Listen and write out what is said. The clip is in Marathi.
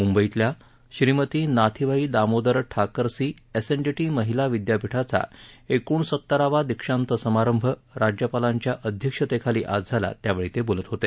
मुंबईतल्या श्रीमती नाथीबाई दामोदर ठाकरसी एसएनडीटी महिला विद्यापीठाचा एकोणसत्तरावा दीक्षांत समारंभ राज्यपालांच्या अध्यक्षतेखाली आज झाला त्यावेळी ते बोलत होते